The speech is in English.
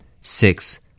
Six